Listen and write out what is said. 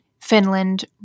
Finland